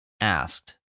asked